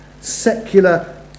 secular